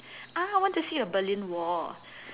ah I want to see a Berlin wall